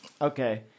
Okay